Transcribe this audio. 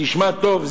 תשמע טוב,